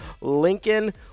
Lincoln